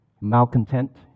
malcontent